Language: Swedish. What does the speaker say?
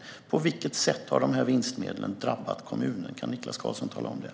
Kan Niklas Karlsson tala om på vilket sätt de här vinstmedlen har drabbat kommuner?